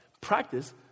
practice